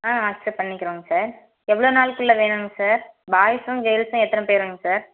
ஆ accept பண்ணிக்கிறோங்க sir எவ்வளோ நாளுக்குள்ளே வேணுங்க சார் பாய்ஸும் கேர்ள்ஸும் எத்தனை பேருங்க சார்